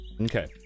okay